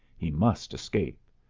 he must escape,